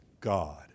God